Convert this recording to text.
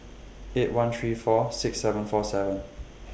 eight one three four six seven four seven